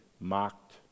mocked